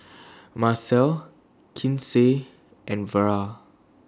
Macel Kinsey and Vera